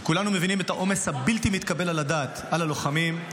כולנו מבינים את העומס הבלתי-מתקבל על הדעת על הלוחמים,